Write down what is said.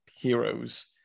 Heroes